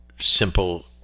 Simple –